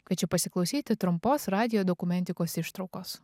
kviečiu pasiklausyti trumpos radijo dokumentikos ištraukos